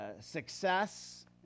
success